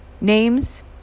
names